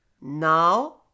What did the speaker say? Now